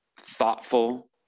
thoughtful